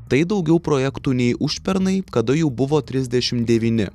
tai daugiau projektų nei užpernai kada jų buvo trisdešim devyni